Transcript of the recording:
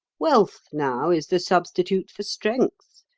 wealth now is the substitute for strength.